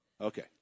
Okay